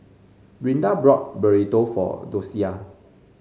Brinda bought Burrito for Docia